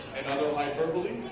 another hyperbole